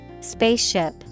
Spaceship